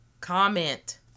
comment